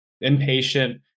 Impatient